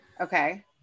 Okay